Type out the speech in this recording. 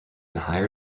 higher